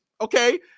Okay